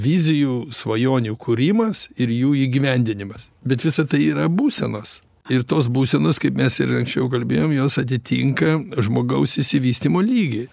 vizijų svajonių kūrimas ir jų įgyvendinimas bet visa tai yra būsenos ir tos būsenos kaip mes ir anksčiau kalbėjom jos atitinka žmogaus išsivystymo lygį